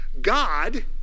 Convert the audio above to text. God